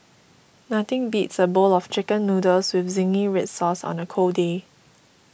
nothing beats a bowl of Chicken Noodles with Zingy Red Sauce on a cold day